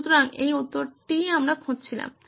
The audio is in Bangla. সুতরাং এই উত্তরটিই আমরা খুঁজছিলাম